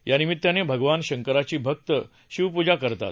यानिमित्त भगवान शंकराचे भक्त शिवपूजा करतात